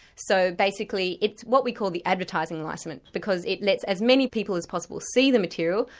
so basically, it's what we call the advertising licence, because it lets as many people as possible see the material,